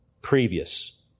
previous